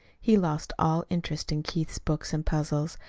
he lost all interest in keith's books and puzzles,